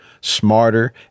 smarter